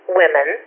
women